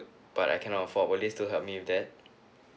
but I cannot afford will to help me with that